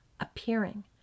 appearing